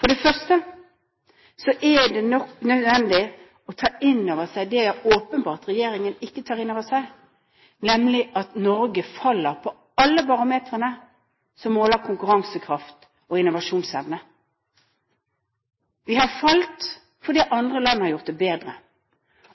For det første er det nok nødvendig å ta inn over seg det regjeringen åpenbart ikke tar inn over seg, nemlig at Norge faller på alle barometre som måler konkurransekraft og innovasjonsevne. Vi har falt fordi andre land har gjort det bedre.